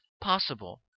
possible